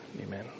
Amen